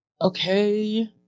Okay